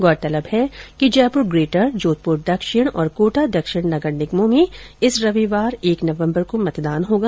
गौरतलब है कि जयपुर ग्रेटर जोधपुर दक्षिण और कोटा दक्षिण नगर निगमों में इस रविवार एक नवम्बर को मतदान होगा